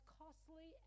costly